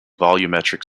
volumetric